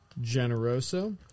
Generoso